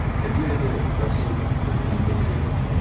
have you had to wrestle with any of those feelings?